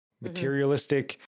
materialistic